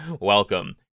welcome